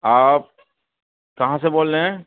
آپ کہاں سے بول رہے ہیں